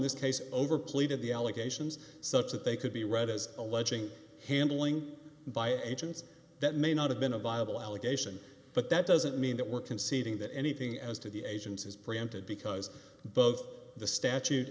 this case over pleaded the allegations such that they could be read as alleging handling by agents that may not have been a viable allegation but that doesn't mean that we're conceding that anything as to the agents is preempted because both the statute